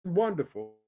wonderful